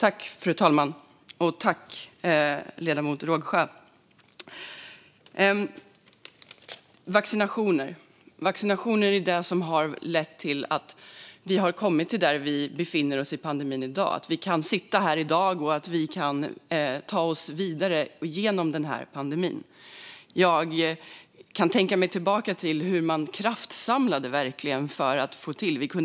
Fru talman! Vaccinationer är det som lett till att vi befinner oss där vi gör i dag - att vi kan stå här i dag och att vi kan ta oss vidare genom den här pandemin. Jag tänker tillbaka till hur man verkligen kraftsamlade för att få till detta.